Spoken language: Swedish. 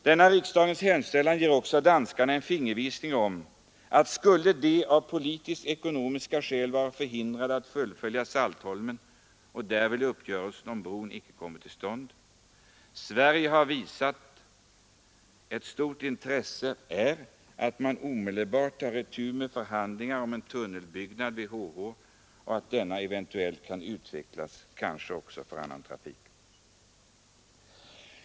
Denna riksdagens hemställan ger också danskarna en fingervisning om att skulle de av politisk-ekonomiska skäl vara förhindrade att fullfölja Saltholm och uppgörelsen om bron därvid icke kommer till stånd, har Sverige visat ett stort intresse för att man omedelbart tar itu med förhandlingar om ett tunnelbygge mellan Helsingborg och Helsingör och att detta eventuellt kan utvecklas också för annan trafik.